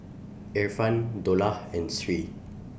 Irfan Dollah and Sri